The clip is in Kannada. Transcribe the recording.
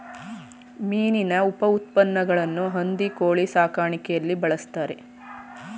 ಮೀನಿನ ಉಪಉತ್ಪನ್ನಗಳನ್ನು ಹಂದಿ ಕೋಳಿ ಸಾಕಾಣಿಕೆಯಲ್ಲಿ ಬಳ್ಸತ್ತರೆ